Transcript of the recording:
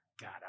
God